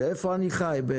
כיף לי שאתה מכיר.